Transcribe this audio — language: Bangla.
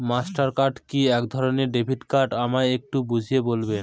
মাস্টার কার্ড কি একধরণের ডেবিট কার্ড আমায় একটু বুঝিয়ে বলবেন?